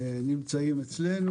שנמצאים אצלנו.